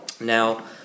now